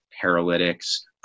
paralytics